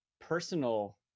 personal